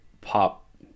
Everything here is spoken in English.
pop